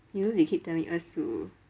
you know they keep telling us to